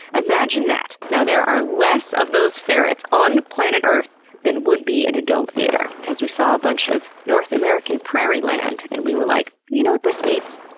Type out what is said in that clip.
imagine that. there are less of those ferrets on planet earth than would be in a dome theater, because we saw a bunch of north american prairie land and we were like, you know what this needs?